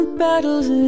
battles